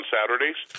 Saturdays